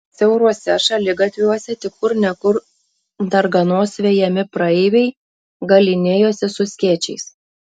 siauruose šaligatviuose tik kur ne kur darganos vejami praeiviai galynėjosi su skėčiais